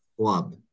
club